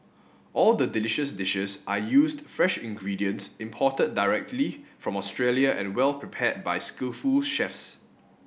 all the delicious dishes are used fresh ingredients imported directly from Australia and well prepared by skillful chefs